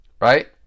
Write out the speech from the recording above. Right